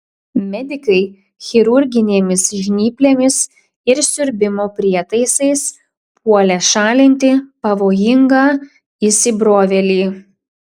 medikai chirurginėmis žnyplėmis ir siurbimo prietaisais puolė šalinti pavojingą įsibrovėlį